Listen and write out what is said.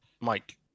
Mike